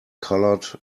colored